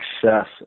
success